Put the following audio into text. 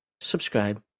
subscribe